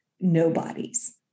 nobodies